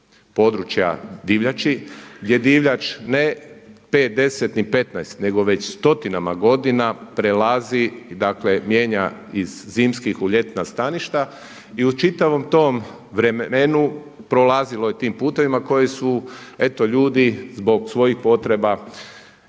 područja divljači gdje divljač ne 5, 10 ni 15, nego već stotinama godina prelazi, dakle mijenja iz zimskih u ljetna staništa. I u čitavom tom vremenu prolazilo je tim putevima koje su eto ljudi zbog svojih potreba